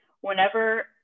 Whenever